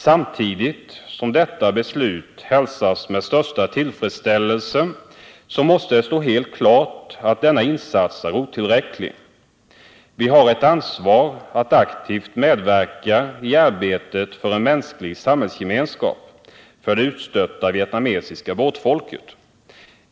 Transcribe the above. Samtidigt som detta beslut hälsas med största tillfredsställelse måste det stå helt klart att denna insats är otillräcklig. Vi har ett ansvar att aktivt medverka i arbetet för en mänsklig samhällsgemenskap för det utstötta vietnamesiska båtfolket.